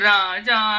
Raja